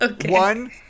One